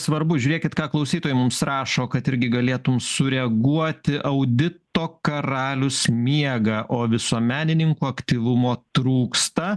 svarbu žiūrėkit ką klausytojai mums rašo kad irgi galėtum sureaguoti audito karalius miega o visuomenininkų aktyvumo trūksta